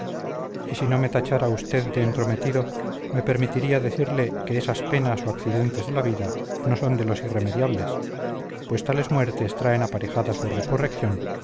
y si no me tachara usted de entrometido me permitiría decirle que esas penas o accidentes de la vida no son de los irremediables pues tales muertes traen aparejada su resurrección